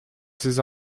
ces